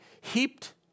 heaped